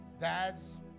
dads